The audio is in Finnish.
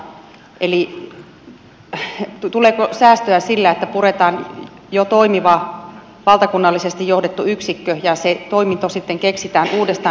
eli tuleeko säästöä sillä että puretaan jo toimiva valtakunnallisesti johdettu yksikkö ja se toiminto sitten keksitään uudestaan